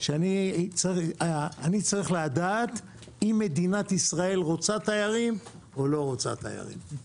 שאני צריך לדעת אם מדינת ישראל רוצה תיירים או לא רוצה תיירים.